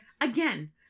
again